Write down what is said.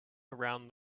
around